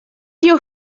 you